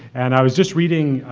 and i was just reading,